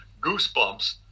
goosebumps